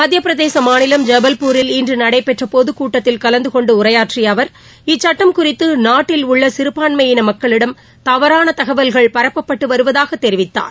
மத்தியப்பிரதேச மாநிலம் ஜபல்பூரில் இன்று நடைபெற்ற பொதுக்கூட்டத்தில் கலந்துகொண்டு உரையாற்றிய அவர் இச்சுட்டம் குறித்து நாட்டில் உள்ள சிறுபான்மையின மக்களிடம் தவறான தகவல்கள் பரப்பப்பட்டு வருவதாகத் தெரிவித்தார்